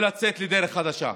ולצאת לדרך חדשה.